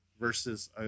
versus